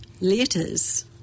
letters